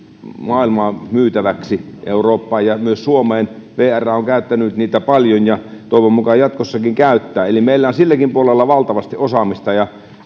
maailmaa myytäväksi eurooppaan ja myös suomeen vr on käyttänyt niitä vaunuja paljon ja toivon mukaan jatkossakin käyttää eli meillä on silläkin puolella valtavasti osaamista ja